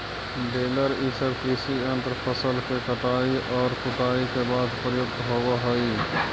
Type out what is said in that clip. baler इ सब कृषि यन्त्र फसल के कटाई औउर कुटाई के बाद प्रयुक्त होवऽ हई